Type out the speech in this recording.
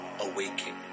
awakening